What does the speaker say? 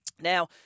Now